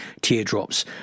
teardrops